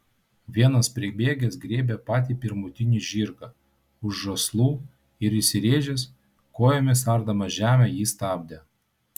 vienas pribėgęs griebė patį pirmutinį žirgą už žąslų ir įsiręžęs kojomis ardamas žemę jį stabdė